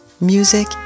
Music